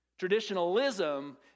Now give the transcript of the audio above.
traditionalism